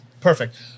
Perfect